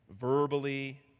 Verbally